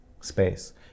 space